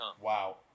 Wow